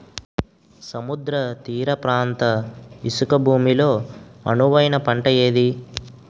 సముద్ర తీర ప్రాంత ఇసుక భూమి లో అనువైన పంట ఏది?